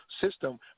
system